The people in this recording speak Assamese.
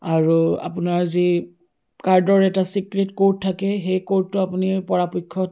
আৰু আপোনাৰ যি কাৰ্ডৰ এটা ছিক্ৰেট ক'ৰ্ড থাকে সেই ক'ৰ্ডটো আপুনি পৰাপক্ষত